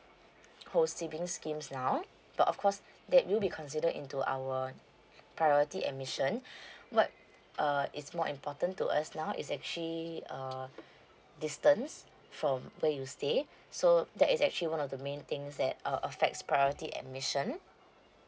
co sibling schemes now but of course that you be considered into our priority admission what err is more important to us now is actually err distance from where you stay so that is actually one of the main things that uh affects priority admission